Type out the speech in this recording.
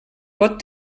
pot